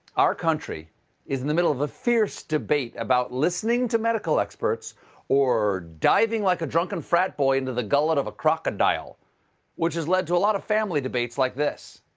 our country is in the middle of a fierce debate about listening to medical experts or diving like a drunken frat boy into the gullet of a crocodile which has led to a lot of family debates like this.